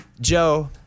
Joe